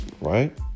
Right